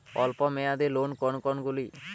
অল্প মেয়াদি লোন কোন কোনগুলি?